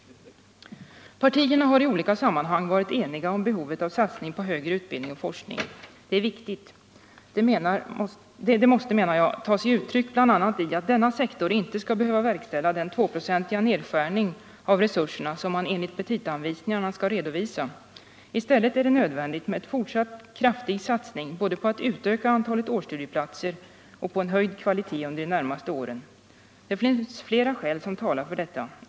Partierna har i olika sammanhang varit eniga om behovet av satsning på högre utbildning och forskning. Det är viktigt. Det måste, menar jag, ta sig uttryck bl.a. i att denna sektor inte skall behöva verkställa den tvåprocentiga nedskärning av resurserna som man enligt petitaanvisningarna skall redovisa. I stället är det nödvändigt med en fortsatt kraftig satsning både på att utöka antalet årsstudieplatser och på en höjd kvalitet under de närmaste åren. Flera skäl talar för detta.